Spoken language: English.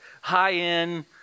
high-end